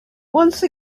once